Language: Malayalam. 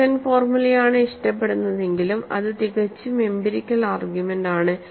സീക്കന്റ് ഫോർമുലയാണ് ഇഷ്ടപ്പെടുന്നതെങ്കിലും അത് തികച്ചും എംപിരിക്കൽ ആർഗ്യുമെന്റ് ആണ്